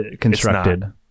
constructed